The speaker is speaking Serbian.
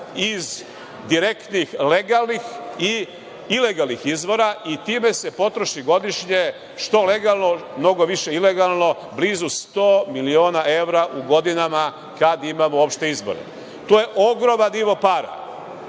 iz direktnih legalnih i ilegalnih izvora i time se potroši godišnje što legalno, mnogo više ilegalno, blizu 100 miliona evra u godinama kad imamo uopšte izbore. To je ogroman nivo para.